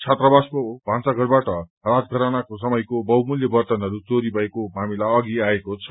छात्रावासको भान्साघरबाट राजघरानाको समयको बहुमूल्य वर्तनहरू चोरी भएको मामिला अघि आएको छ